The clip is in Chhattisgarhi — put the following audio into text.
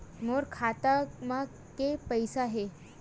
मोर खाता म के पईसा हे?